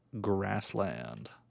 grassland